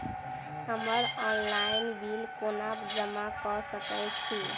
हम्मर online bill कोना जमा कऽ सकय छी?